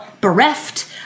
bereft